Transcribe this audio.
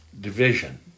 division